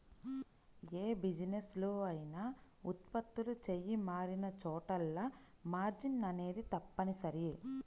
యే బిజినెస్ లో అయినా ఉత్పత్తులు చెయ్యి మారినచోటల్లా మార్జిన్ అనేది తప్పనిసరి